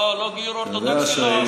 לא גיור אורתודוקסי, לא עושה.